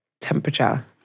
temperature